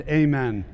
amen